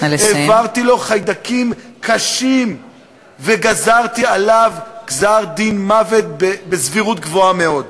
העברתי לו חיידקים קשים וגזרתי עליו גזר-דין מוות בסבירות גבוהה מאוד.